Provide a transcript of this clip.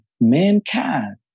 mankind